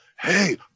Hey